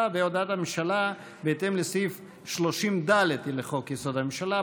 והודעת הממשלה בהתאם לסעיף 30(ד) לחוק-יסוד: הממשלה.